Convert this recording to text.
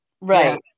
Right